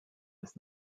des